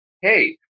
hey